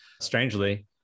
strangely